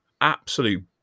absolute